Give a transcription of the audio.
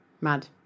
Mad